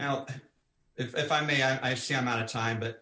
now if i may i see i'm out of time but